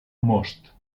most